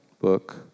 book